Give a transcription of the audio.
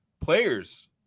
players